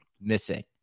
missing